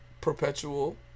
perpetual